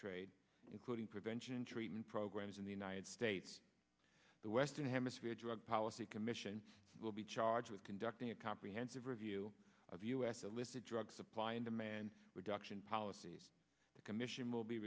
trade including prevention and treatment programs in the united states the western hemisphere drug policy commission will be charged with conducting a comprehensive review of us a list of drug supply and demand reduction policies the commission will be